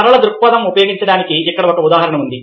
సరళ దృక్పథం ఉపయోగించబడటానికి ఇక్కడ ఒక ఉదాహరణ ఉంది